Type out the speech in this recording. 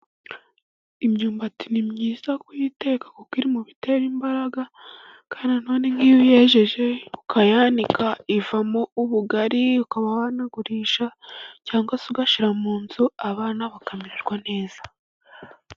Imyumbati ni myiza kuyiteka kuko iri mu bitera imbaraga. Kandi na none nk'iyo uyejeje ukayanika, ivamo ubugari, ukaba wanagurisha, cyangwa se ugashyira mu nzu, abana bakamererwa neza.